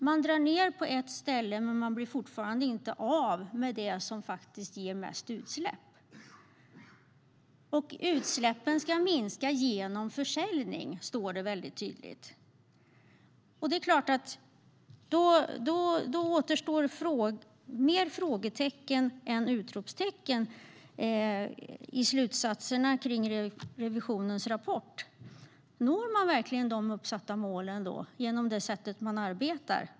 Man drar alltså ned på ett ställe men blir fortfarande inte av med det som ger mest utsläpp. Utsläppen ska minska genom försäljning, står det mycket tydligt. Då återstår fler frågetecken än utropstecken i slutsatserna kring revisionens rapport. Når man verkligen de uppsatta målen genom det sätt som man arbetar på?